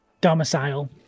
domicile